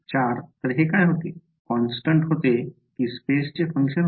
4 तर हे काय होते कॉन्स्टन्ट होते कि स्पेस चे फंक्शन होते